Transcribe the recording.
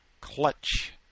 clutch